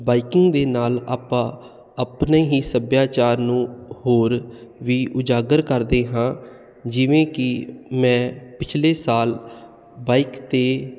biking ਦੇ ਨਾਲ ਆਪਾਂ ਆਪਣੇ ਹੀ ਸੱਭਿਆਚਾਰ ਨੂੰ ਹੋਰ ਵੀ ਉਜਾਗਰ ਕਰਦੇ ਹਾਂ ਜਿਵੇਂ ਕਿ ਮੈਂ ਪਿਛਲੇ ਸਾਲ ਬਾਈਕ 'ਤੇ